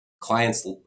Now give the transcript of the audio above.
clients